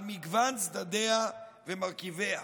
על מגוון צדדיה ומרכיביה.